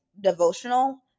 devotional